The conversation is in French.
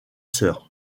sœurs